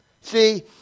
See